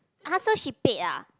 (uh huh) so she paid ah